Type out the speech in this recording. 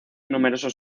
numerosos